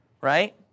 right